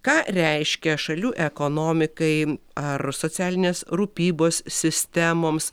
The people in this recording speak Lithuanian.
ką reiškia šalių ekonomikai ar socialinės rūpybos sistemoms